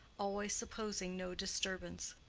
always supposing no disturbance.